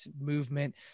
movement